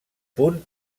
punt